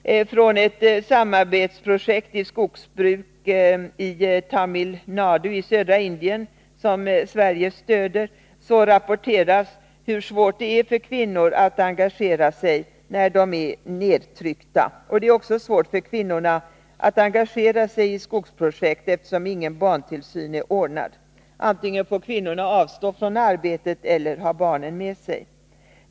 Från ett samarbetsprojekt i skogsbruk i Tamil Nadu i södra Indien, som Sverige stöder, rapporteras hur svårt det är för kvinnor att engagera sig när de är nedtryckta. Det är också svårt för kvinnorna att engagera sig i skogsprojektet eftersom ingen barntillsyn är ordnad. Antingen får kvinnorna avstå från arbetet eller ha barnen med sig.